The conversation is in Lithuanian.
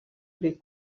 bei